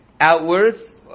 outwards